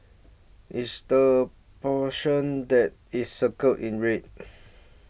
it's the portion that is circled in red